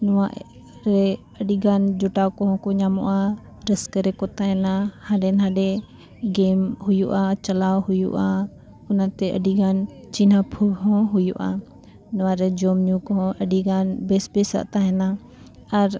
ᱱᱚᱣᱟ ᱨᱮ ᱟᱹᱰᱤᱜᱟᱱ ᱡᱚᱴᱟᱣ ᱠᱚᱦᱚᱸ ᱠᱚ ᱧᱟᱢᱚᱜᱼᱟ ᱨᱟᱹᱥᱠᱟᱹ ᱨᱮᱠᱚ ᱛᱟᱦᱮᱱᱟ ᱦᱟᱸᱰᱮ ᱱᱟᱰᱮ ᱜᱮᱢ ᱦᱩᱭᱩᱜᱼᱟ ᱪᱟᱞᱟᱣ ᱦᱩᱭᱩᱜᱼᱟ ᱚᱱᱟᱛᱮ ᱟᱹᱰᱤ ᱜᱟᱱ ᱪᱤᱱᱦᱟᱹᱯ ᱦᱚᱸ ᱦᱩᱭᱩᱜᱼᱟ ᱱᱚᱣᱟ ᱨᱮ ᱡᱚᱢ ᱧᱩ ᱠᱚᱦᱚᱸ ᱟᱹᱰᱤ ᱜᱟᱱ ᱵᱮᱥ ᱵᱮᱥᱟᱜ ᱛᱟᱦᱮᱱᱟ ᱟᱨ